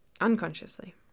unconsciously